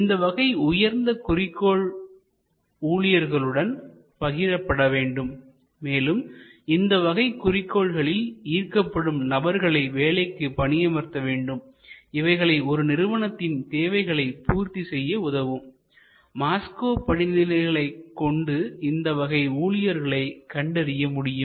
இந்த வகை உயர்ந்த குறிக்கோள்கள் ஊழியர்களுடன் பகிரப்படவேண்டும் மேலும் இந்த வகை குறிக்கோள்களில் ஈர்க்கப்படும் நபர்களை வேலைக்கு பணியமர்த்த வேண்டும் இவைகளை ஒரு நிறுவனத்தின் தேவைகளை பூர்த்தி செய்ய உதவும் மாஸ்லோ படிநிலைகளை Maslow's hierarchy கொண்டு இந்த வகை ஊழியர்களை கண்டறிய முடியும்